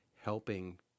helping